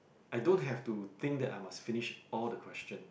I don't have to think that I must finish all the question